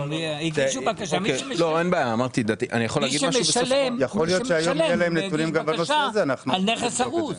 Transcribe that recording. מי שמשלם הגיש בקשה על נכס הרוס.